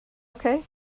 okay